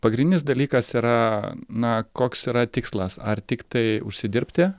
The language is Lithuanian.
pagrindinis dalykas yra na koks yra tikslas ar tiktai užsidirbti